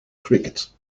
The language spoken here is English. cricket